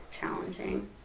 challenging